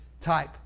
type